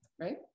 right